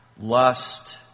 Lust